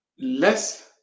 less